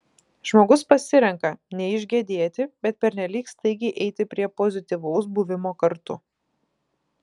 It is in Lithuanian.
žmogus pasirenka neišgedėti bet pernelyg staigiai eiti prie pozityvaus buvimo kartu